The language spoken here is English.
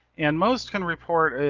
and most can report,